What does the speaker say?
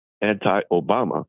anti-Obama